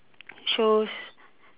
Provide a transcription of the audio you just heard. shows